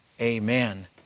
Amen